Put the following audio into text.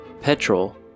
Petrol